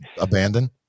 abandoned